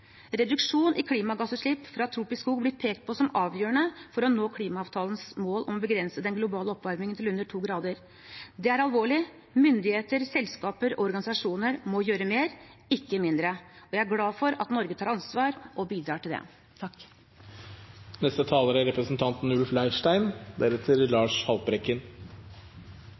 Reduksjon i klimagassutslipp fra tropisk skog blir pekt på som avgjørende for å nå klimaavtalens mål om å begrense den globale oppvarmingen til under 2 grader. Det er alvorlig. Myndigheter, selskaper og organisasjoner må gjøre mer, ikke mindre. Jeg er glad for at Norge tar ansvar og bidrar til det. Saken vi i dag behandler, er